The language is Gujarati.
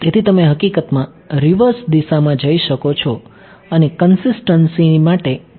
તેથી તમે હકીકતમાં રિવર્સ દિશા માં જઈ શકો છો અને કંસીસ્ટન્સી માટે પૂછી શકો છો